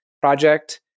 project